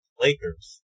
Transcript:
Lakers